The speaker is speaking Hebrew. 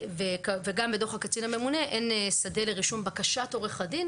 וגם בדוח הקצין הממונה אין שדה לרישום בקשת עורך הדין,